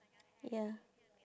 ya